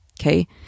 Okay